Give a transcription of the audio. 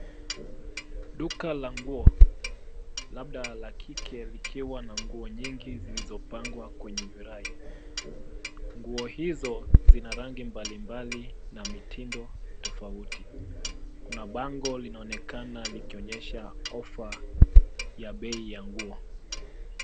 Duka la nguo, labda la kike, likiwa na nguo nyingi zilizopangwa kwenye virai. Nguo hizo zina rangi mbalimbali na mitindo tofauti. Kuna bango linaonekana likionyesha ofa ya bei ya nguo.